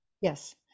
Yes